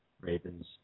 Ravens